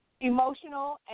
Emotional